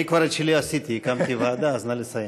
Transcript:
אני את שלי כבר עשיתי, הקמתי ועדה, אז נא לסיים.